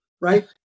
right